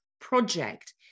project